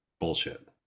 bullshit